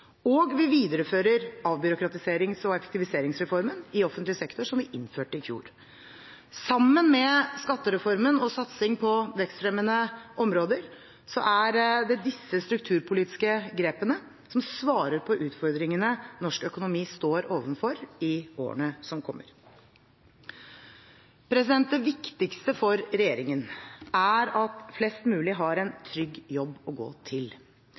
Og vi viderefører avbyråkratiserings- og effektiviseringsreformen i offentlig sektor som vi innførte i fjor. Sammen med skattereformen og satsing på vekstfremmende områder er det disse strukturpolitiske grepene som svarer på utfordringene norsk økonomi står overfor i årene som kommer. Det viktigste for regjeringen er at flest mulig har en trygg jobb å gå til.